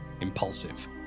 impulsive